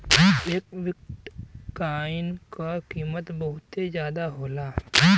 एक बिट्काइन क कीमत बहुते जादा होला